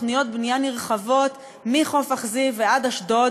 תוכניות בנייה נרחבות מחוף אכזיב ועד אשדוד